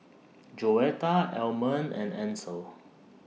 Joetta Almond and Ansel